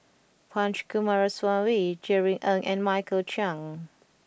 Punch Coomaraswamy Jerry Ng and Michael Chiang